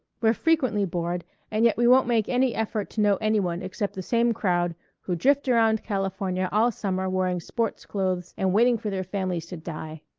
we're frequently bored and yet we won't make any effort to know any one except the same crowd who drift around california all summer wearing sport clothes and waiting for their families to die.